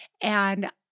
And-